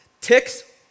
Ticks